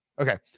Okay